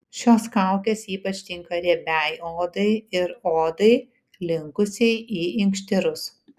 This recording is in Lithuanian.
šios kaukės ypač tinka riebiai odai ir odai linkusiai į inkštirus